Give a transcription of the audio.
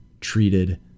treated